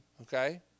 Okay